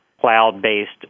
cloud-based